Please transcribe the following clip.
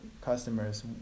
customers